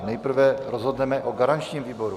Nejprve rozhodneme o garančním výboru.